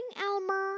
Elmer